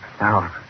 Now